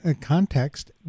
context